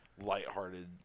lighthearted